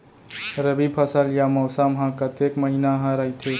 रबि फसल या मौसम हा कतेक महिना हा रहिथे?